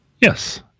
Yes